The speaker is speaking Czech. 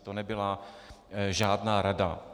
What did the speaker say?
To nebyla žádná rada.